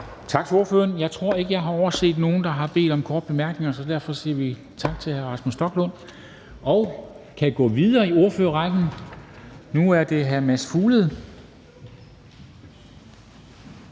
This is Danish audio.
Tak til ordføreren. Jeg tror ikke, jeg har overset nogen, der har bedt om korte bemærkninger. Så derfor siger vi tak til hr. Rasmus Stoklund og kan nu gå videre i ordførerrækken til hr. Mads Fuglede,